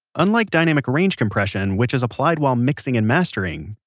unlike dynamic range compression, which is applied while mixing and mastering,